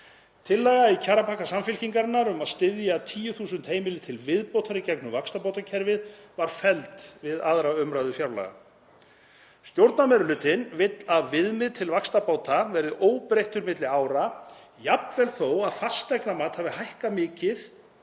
Tillaga í kjarapakka Samfylkingarinnar um að styðja 10.000 heimili til viðbótar í gegnum vaxtabótakerfið var felld við 2. umræðu fjárlaga. Stjórnarmeirihlutinn vill að viðmið til vaxtabóta verði óbreytt milli ára jafnvel þó að fasteignamat hafi hækkað mikið